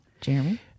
Jeremy